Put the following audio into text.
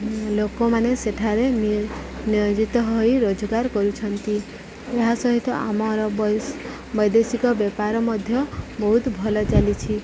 ଲୋକମାନେ ସେଠାରେ ନିୟୋଜିତ ହୋଇ ରୋଜଗାର କରୁଛନ୍ତି ଏହା ସହିତ ଆମର ବୈ ବୈଦେଶିକ ବେପାର ମଧ୍ୟ ବହୁତ ଭଲ ଚାଲିଛି